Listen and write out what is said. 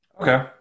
Okay